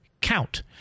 Count